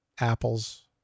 apples